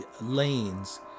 lanes